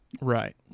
Right